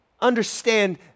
Understand